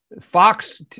Fox